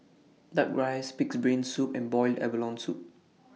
Duck Rice Pig'S Brain Soup and boiled abalone Soup